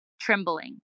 trembling